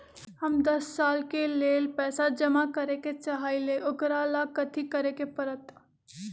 हम दस साल के लेल पैसा जमा करे के चाहईले, ओकरा ला कथि करे के परत?